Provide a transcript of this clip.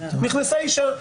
נכנסה אישה,